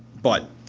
but.